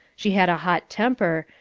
she had a hot temper,